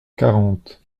quarante